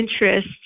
interest